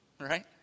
Right